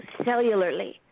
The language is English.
cellularly